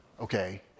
Okay